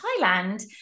Thailand